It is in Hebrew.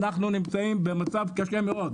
אנחנו נמצאים במצב קשה מאוד,